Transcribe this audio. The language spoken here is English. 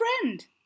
friend